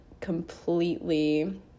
completely